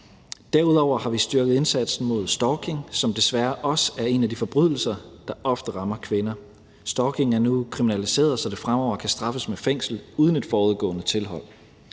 Derudover har vi styrket indsatsen mod stalking, som desværre også er en af de forbrydelser, der ofte rammer kvinder. Stalking er nu kriminaliseret, så det fremover kan straffes med fængsel uden et forudgående tilhold.